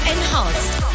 Enhanced